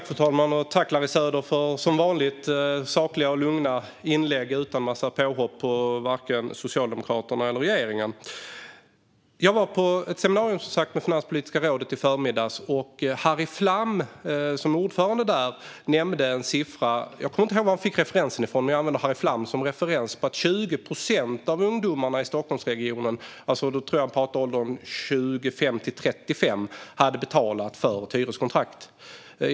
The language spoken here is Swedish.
Fru talman! Jag tackar Larry Söder för ett sedvanligt sakligt och lugnt inlägg utan en massa påhopp på vare sig Socialdemokraterna eller regeringen. Jag var som sagt på ett seminarium med Finanspolitiska rådet i förmiddags. Rådets ordförande Harry Flam nämnde då att 20 procent av de unga i åldern 25-35 i Stockholmsregionen har betalat för ett hyreskontrakt. Jag vet inte vilken hans referens var, men jag refererar till honom.